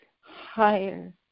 higher